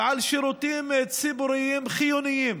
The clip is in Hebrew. ועל שירותים ציבוריים חיוניים.